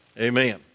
amen